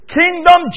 kingdom